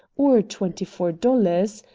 or twenty-four dollars,